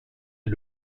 est